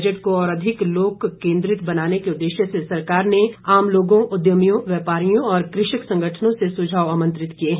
budget को और अधिक लोक केन्द्रित बनाने के उद्देश्य से सरकार ने आम लोगों उद्यमियों व्यापारियों और कृषक संगठनों से सुझाव आमंत्रित किए हैं